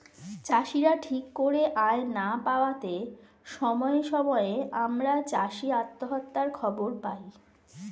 চাষীরা ঠিক করে আয় না পাওয়াতে সময়ে সময়ে আমরা চাষী আত্মহত্যার খবর পাই